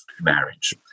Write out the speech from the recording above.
marriage